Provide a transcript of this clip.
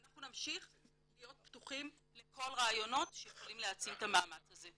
ואנחנו נמשיך להיות פתוחים לכל הרעיונות שיכולים להעצים את המאמץ הזה.